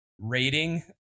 rating